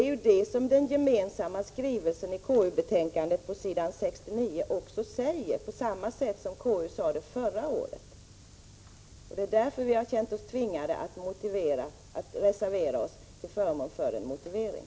Det är detta som den gemensamma skrivningen i betänkandet på s. 69 säger, på samma sätt som konstitutionsutskottet sade detta förra året. Det är därför som vi har känt oss tvingade att reservera oss till förmån för en motivering.